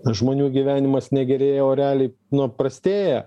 žmonių gyvenimas ne gerėja o reliai o prastėja